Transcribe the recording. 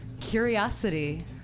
Curiosity